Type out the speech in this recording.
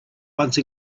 once